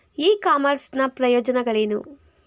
E commerce ನ ಪ್ರಯೋಜನಗಳೇನು?